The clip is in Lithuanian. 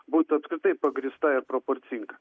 būtų apskritai pagrįsta ir proporcinga